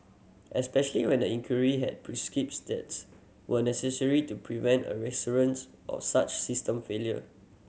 especially when the inquiry had steps were necessary to prevent a recurrence of such system failure